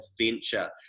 adventure